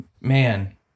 man